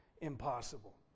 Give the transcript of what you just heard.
impossible